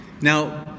Now